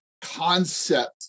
concept